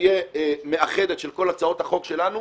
שתהיה מאחדת של כל הצעות החוק שלנו,